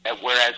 whereas